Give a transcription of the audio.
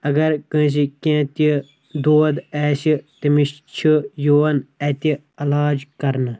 اَگر کٲنٛسہِ کیٚنٛہہ تہِ دود آسہِ تٔمِس چھُ یِوان اَتہِ علاج کَرنہٕ